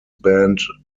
band